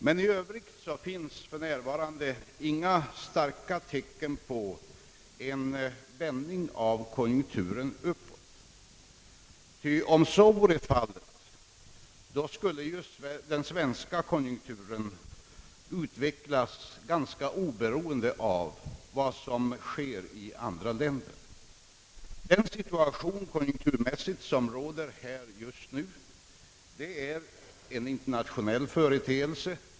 Men i övrigt finns f.n. inga starka tecken på en vändning av konjunkturen uppåt, ty om så vore fallet, skulle den svenska konjunkturen utvecklas ganska oberoende av vad som sker i andra länder. Den konjunkturmässiga situation som råder just nu är en internationell företeelse.